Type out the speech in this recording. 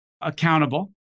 accountable